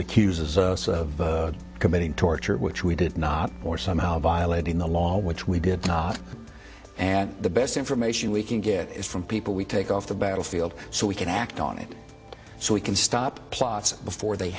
uses of committing torture which we did not or somehow violating the law which we did not and the best information we can get is from people we take off the battlefield so we can act on it so we can stop plots before they